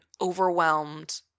overwhelmed